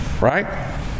right